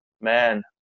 man